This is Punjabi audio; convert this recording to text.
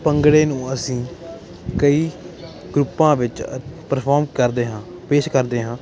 ਭੰਗੜੇ ਨੂੰ ਅਸੀਂ ਕਈ ਗਰੁੱਪਾਂ ਵਿੱਚ ਪਰਫੋਰਮ ਕਰਦੇ ਹਾਂ ਪੇਸ਼ ਕਰਦੇ ਹਾਂ